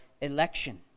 election